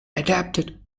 adapted